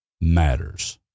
matters